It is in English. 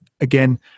again